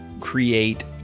create